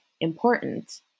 important